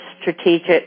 strategic